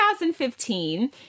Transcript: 2015